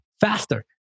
faster